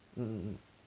um um um